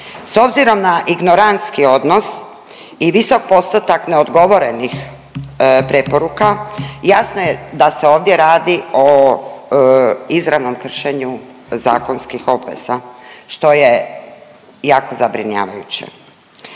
S obzirom na ignorantski odnos i visok postotak neodgovorenih preporuka jasno je da se ovdje radi o izravnom kršenju zakonskih obveza što je jako zabrinjavajuće.